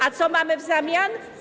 A co mamy w zamian?